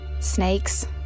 Snakes